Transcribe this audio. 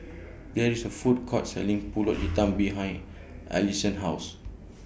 There IS A Food Court Selling Pulut Hitam behind Alleen's House